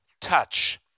touch